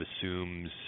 assumes